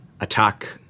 attack